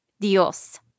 Dios